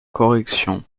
correction